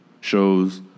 shows